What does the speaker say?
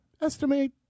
estimate